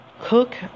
cook